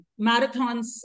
marathons